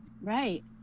right